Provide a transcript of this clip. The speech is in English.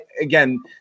again